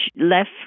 left